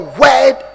word